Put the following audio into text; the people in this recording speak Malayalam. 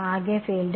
ആകെ ഫീൽഡ്